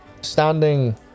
standing